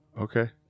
Okay